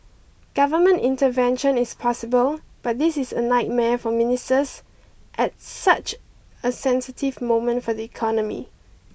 government intervention is possible but this is a nightmare for ministers at such a sensitive moment for the economy